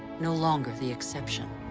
no longer the exception.